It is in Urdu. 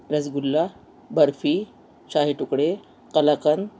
رس گلا برفی شاہی ٹکڑے قلاقند